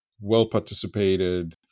well-participated